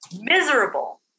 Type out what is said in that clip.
miserable